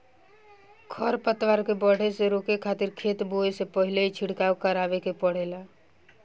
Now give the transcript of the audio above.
खर पतवार के बढ़े से रोके खातिर खेत बोए से पहिल ही छिड़काव करावे के पड़ेला